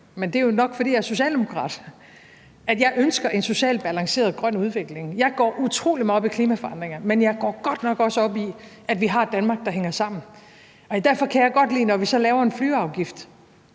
men det er jo nok, fordi jeg er socialdemokrat, at jeg ønsker en socialt balanceret grøn udvikling. Jeg går utrolig meget op i klimaforandringerne, men jeg går godt nok også op i, at vi har et Danmark, der hænger sammen. Derfor kan jeg godt lide, når vi laver en flyafgift,